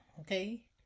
okay